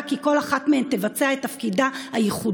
כי כל אחת מהן תבצע את תפקידה הייחודי,